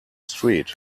street